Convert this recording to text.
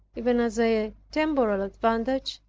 even as a temporal advantage,